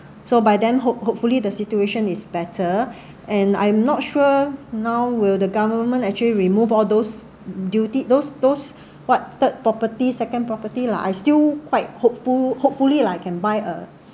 so by then hope hopefully the situation is better and I'm not sure now will the government actually remove all those duty those those what third property second property lah I still quite hopeful hopefully lah can buy a